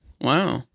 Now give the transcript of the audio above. Wow